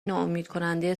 ناامیدکننده